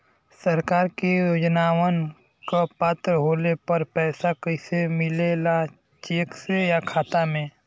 सरकार के योजनावन क पात्र होले पर पैसा कइसे मिले ला चेक से या खाता मे?